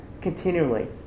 continually